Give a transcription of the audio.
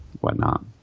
whatnot